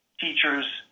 teachers